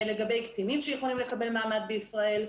לגבי קטינים שיכולים לקבל מעמד בישראל.